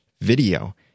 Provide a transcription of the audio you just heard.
video